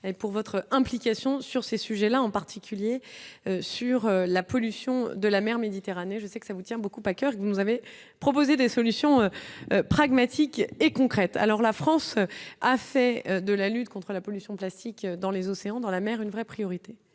et pour votre implication sur ces sujets-là, en particulier sur la pollution de la mer Méditerranée, je sais que ça vous tient beaucoup à coeur que vous nous avez proposé des solutions pragmatiques et concrètes, alors la France a fait de la lutte contre la pollution plastique dans les océans, dans la mer, une vraie priorité